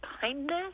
kindness